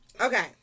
Okay